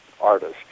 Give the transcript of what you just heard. artists